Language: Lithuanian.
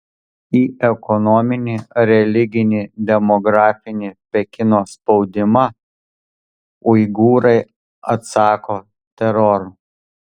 į ekonominį religinį demografinį pekino spaudimą uigūrai atsako teroru